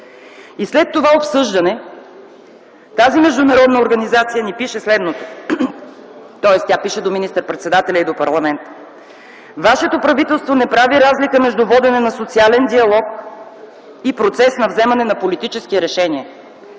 След това обсъждане тази международна организация ни пише следното, тоест тя пише до министър-председателя и до парламента: „Вашето правителство не прави разлика между водене на социален диалог и процес на вземане на политически решения.